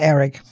Eric